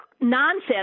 nonsense